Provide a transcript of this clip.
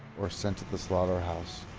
or sent to the slaughterhouse,